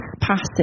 passage